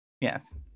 Yes